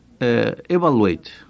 evaluate